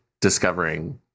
discovering